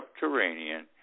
subterranean